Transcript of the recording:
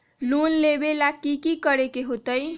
Loan लेबे ला की कि करे के होतई?